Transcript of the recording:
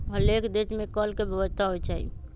हरेक देश में कर के व्यवस्था होइ छइ